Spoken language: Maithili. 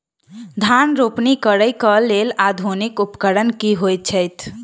धान रोपनी करै कऽ लेल आधुनिक उपकरण की होइ छथि?